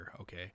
okay